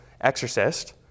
exorcist